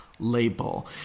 Label